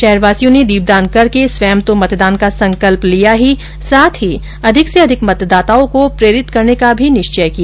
शहरवासियों ने दीपदान करके स्वयं तो मतदान का संकल्प किया ही साथ ही अधिकाधिक मतदाताओं को प्रेरित करने का भी निश्चय किया